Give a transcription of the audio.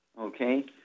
okay